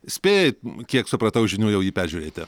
spėjai kiek supratau iš žinių jau jį peržiūrėti